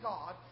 God